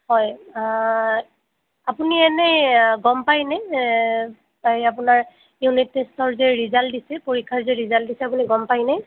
হয় আপুনি এনেই গম পায় নে এই আপোনাৰ ইউনিট টেষ্টৰ যে ৰিজাল্ট দিছিল পৰীক্ষাৰ যে ৰিজাল্ট দিছিল গম পায়নে